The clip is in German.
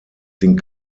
den